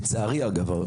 לצערי הרב,